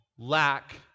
lack